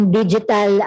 digital